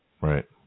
Right